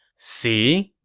see,